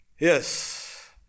Yes